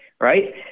Right